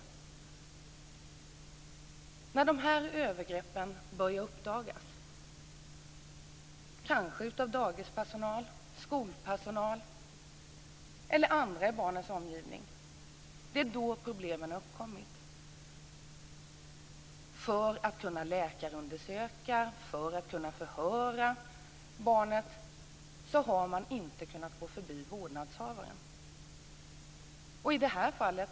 Det är när sådana här övergrepp börjat uppdagas - kanske av dagispersonal, skolpersonal eller andra i barnets omgivning - som problemen har uppkommit. Vad som gällt för att kunna läkarundersöka och för att kunna förhöra barnet är att man inte har kunnat gå förbi vårdnadshavaren.